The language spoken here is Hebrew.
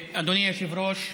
אדוני היושב-ראש,